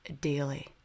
daily